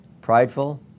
prideful